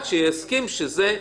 23 שנים פלוס חצי שנה שיש להם,